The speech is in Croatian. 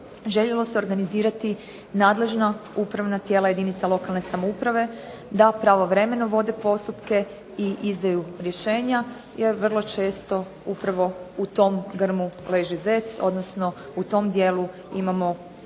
željelo se organizirati nadležna upravna tijela jedinica lokalne samouprave da pravovremeno vode postupke i izdaju rješenja jer vrlo često upravo u tom grmu leži zec, odnosno u tom dijelu imamo